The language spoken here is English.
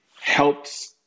helps